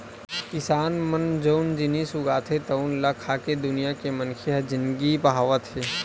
किसान मन जउन जिनिस उगाथे तउने ल खाके दुनिया के मनखे ह जिनगी पहावत हे